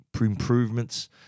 improvements